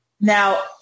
Now